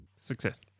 Success